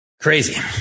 Crazy